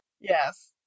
Yes